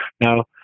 Now